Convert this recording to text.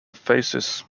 phases